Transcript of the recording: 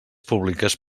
públiques